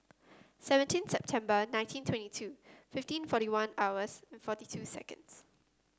seventeen September nineteen twenty two fifteen forty one hours forty two seconds